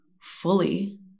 fully